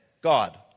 God